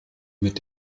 mit